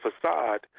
facade